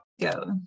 go